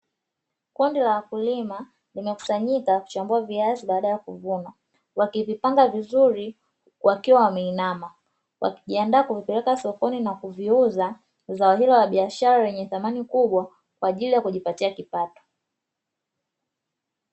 Kundi la wakulima limekusanyika kuchambua viazi baada ya kuvuna wakivipanga vizuri wakiwa wameinama wakijiandaa kuvipeleka sokoni na kuviuza, zao hilo la biashara lenye thamani kubwa kwa ajili ya kujipatia kipato.